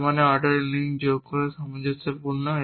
যার মানে এই অর্ডারিং লিঙ্ক যোগ করা সামঞ্জস্যপূর্ণ